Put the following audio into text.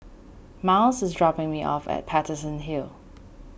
Myles is dropping me off at Paterson Hill